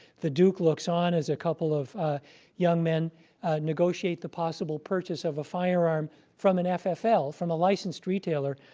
the duke looks on as a couple of young men negotiate the possible purchase of a firearm from an ffl, from a licensed retailer.